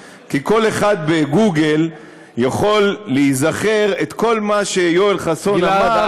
כי כל אחד בגוגל יכול להיזכר בכל מה שיואל חסון אמר,